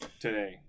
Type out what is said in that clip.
today